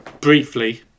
briefly